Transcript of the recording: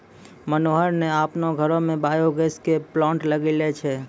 मनोहर न आपनो घरो मॅ बायो गैस के प्लांट लगैनॅ छै